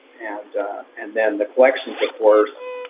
and and then the collections, of course,